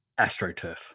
astroturf